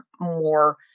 more